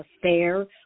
affair